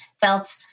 felt